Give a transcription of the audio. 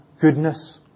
goodness